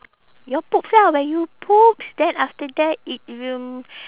your poops lah when you poops then after that it will